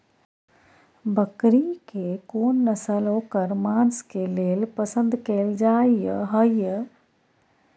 बकरी के कोन नस्ल ओकर मांस के लेल पसंद कैल जाय हय?